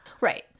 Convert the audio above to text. right